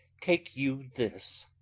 take you this.